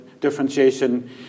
differentiation